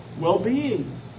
well-being